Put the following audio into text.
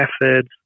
methods